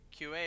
QA